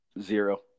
Zero